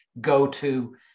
go-to